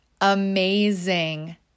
amazing